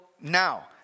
now